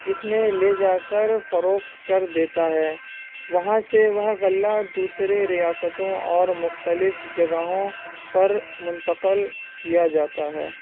اس میں لے جا کر فروخت کر دیتا ہے وہاں سے وہ غلہ دوسرے ریاستوں اور مختلف جگہوں پر منتقل کیا جاتا ہے